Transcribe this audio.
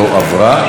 הסתייגות 8,